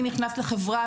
כשאני נכנס לחברה,